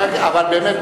באמת,